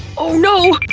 oh no!